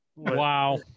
wow